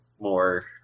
more